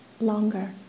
longer